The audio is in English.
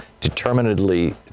determinedly